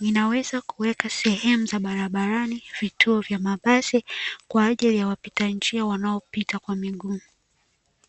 Inaweza kuwekwa sehemu za barabarani, vituo vya mabasi; kwa ajili ya wapita njia wanaopita kwa miguu.